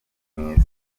mwiza